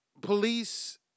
police